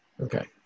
Okay